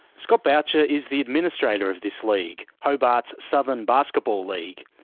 scott boucher is the administrator of this league, hobart's southern basketball league.